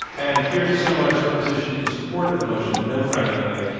and here to summarize her position in support of the motion, no fracking way,